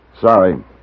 Sorry